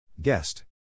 Guest